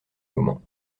moment